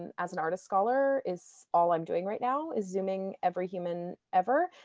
and as an artist scholar, is all i'm doing right now, is zooming every human ever.